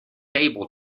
able